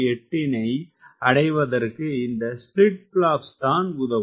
8 னை அடைவதற்கு இந்த ஸ்பிளிட் பிளாப்ஸ் தான் உதவும்